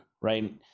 right